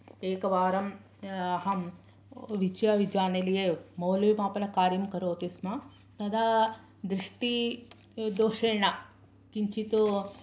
एकवारं अहं विश्वविद्यानिलये मौलिमापनकार्यं करोति स्म तदा दृष्टिदोषेण किञ्चित्